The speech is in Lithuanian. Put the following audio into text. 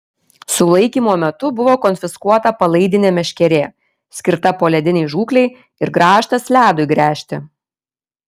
sulaikymo metu buvo konfiskuota palaidinė meškerė skirta poledinei žūklei ir grąžtas ledui gręžti